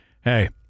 Hey